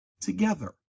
together